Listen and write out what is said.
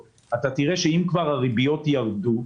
תראה שאם כבר אז הריביות ירדו.